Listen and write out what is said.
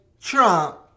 Trump